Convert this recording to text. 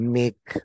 make